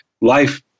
life